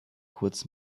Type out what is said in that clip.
kurz